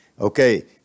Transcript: okay